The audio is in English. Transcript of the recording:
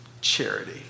charity